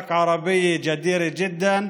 שהן קבוצות ערביות ראויות מאוד,